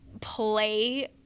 play